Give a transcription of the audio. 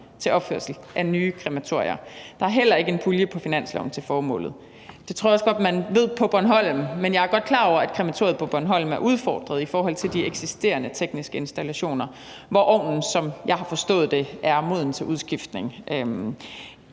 til opførelse af nye krematorier. Der er heller ikke en pulje på finansloven til formålet. Det tror jeg også godt man ved på Bornholm, men jeg er godt klar over, at krematoriet på Bornholm er udfordret i forhold til de eksisterende tekniske installationer, hvor ovnen, sådan som jeg har forstået det, er moden til udskiftning.